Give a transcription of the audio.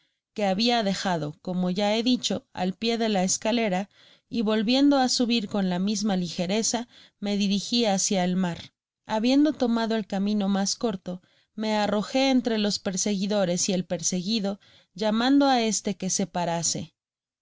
que habia dejado como ya he dicho al pie de la escalera y volviendo á subir con la misma ligereza me dirigi hacia el mar habiendo tomado el camino mas corto me arrojé entre los perseguidores y el perseguido llamando á este que se parase se